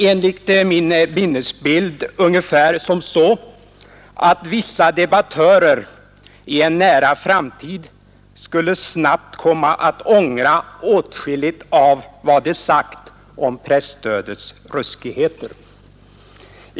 Enligt min minnesbild sade herr Hedlund ungefär så här, att vissa debattörer i en nära framtid skulle komma att ångra åtskilligt av vad de sagt om presstödets ruskigheter.